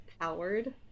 powered